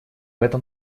этом